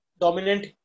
dominant